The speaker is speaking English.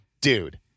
dude